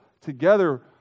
Together